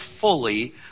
fully